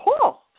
cool